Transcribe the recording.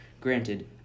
Granted